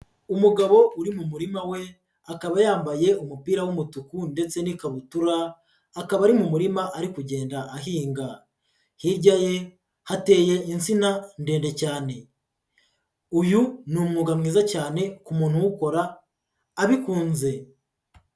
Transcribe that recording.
Umugabo uri mu murima we, akaba yambaye umupira w'umutuku ndetse n'ikabutura, akaba ari mu murima ari kugenda ahinga. Hirya ye, hateye insina ndende cyane. Uyu ni umwuga mwiza cyane, ku muntu uwukora abikunze.